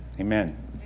Amen